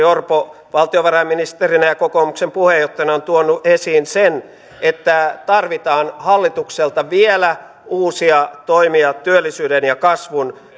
orpo valtiovarainministerinä ja kokoomuksen puheenjohtajana on tuonut esiin sen että tarvitaan hallitukselta vielä uusia toimia työllisyyden ja kasvun